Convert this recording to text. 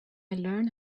learned